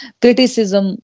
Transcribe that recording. criticism